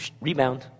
rebound